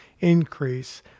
increase